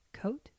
coat